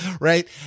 Right